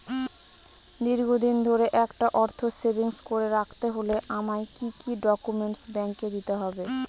দীর্ঘদিন ধরে একটা অর্থ সেভিংস করে রাখতে হলে আমায় কি কি ডক্যুমেন্ট ব্যাংকে দিতে হবে?